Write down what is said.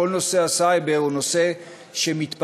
כל נושא הסייבר הוא נושא שמתפתח,